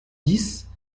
dix